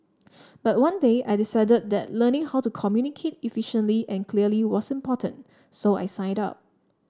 but one day I decided that learning how to communicate efficiently and clearly was important so I signed up